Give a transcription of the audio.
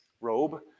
robe